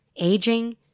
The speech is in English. aging